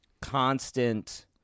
constant